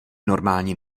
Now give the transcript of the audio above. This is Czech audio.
normální